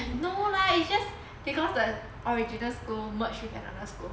eh no lah it's just because the original school merged with another school